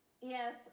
Yes